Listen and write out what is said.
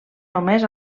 només